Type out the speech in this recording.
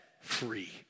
free